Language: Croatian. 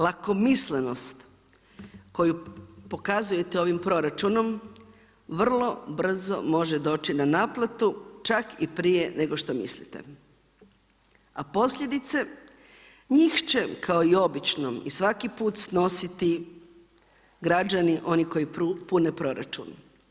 Lakomislenost koju pokazujete ovim proračunom vrlo brzo može doći na naplatu čak i prije nego što mislite, a posljedice njih će kao i obično i svaki put snositi građani oni koji pune proračun.